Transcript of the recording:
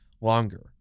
longer